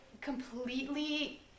completely